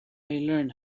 learned